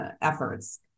efforts